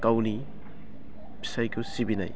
गावनि फिसाइखौ सिबिनाय